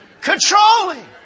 Controlling